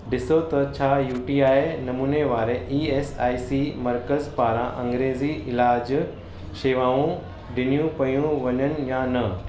ॾिसो त छा यू टी आई नमूने वारे ई ऐस आई सी मर्कज़ पारां अंग्रेज़ी इलाजु शेवाऊं ॾिनियूं पयूं वञनि या न